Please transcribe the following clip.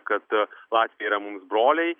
kad latviai yra mums broliai